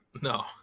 No